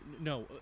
no